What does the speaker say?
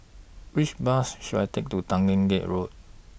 Which Bus should I Take to Tanglin Gate Road